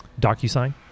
DocuSign